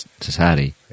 society